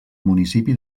municipi